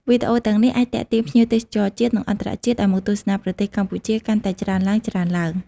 វីដេអូទាំងនេះអាចទាក់ទាញភ្ញៀវទេសចរជាតិ និងអន្តរជាតិឱ្យមកទស្សនាប្រទេសកម្ពុជាកាន់តែច្រើនឡើងៗ។